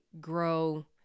grow